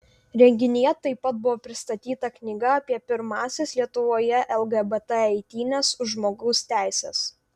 renginyje taip pat buvo pristatyta knyga apie pirmąsias lietuvoje lgbt eitynes už žmogaus teises